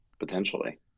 Potentially